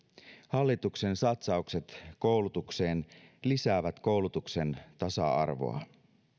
hallituksen satsaukset koulutukseen lisäävät koulutuksen tasa arvoa